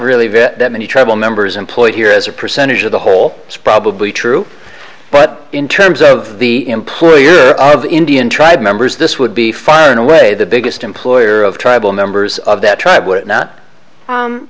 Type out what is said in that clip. really that many tribal members employed here as a percentage of the whole it's probably true but in terms of the employer of indian tribe members this would be fine in a way the biggest employer of tribal members of that tribe would not